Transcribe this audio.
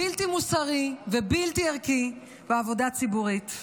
בלתי מוסרי ובלתי ערכי בעבודה ציבורית: